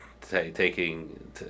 taking